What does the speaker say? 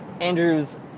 Andrew's